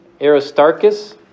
Aristarchus